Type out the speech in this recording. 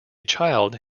child